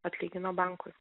atlygino bankui